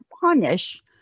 punish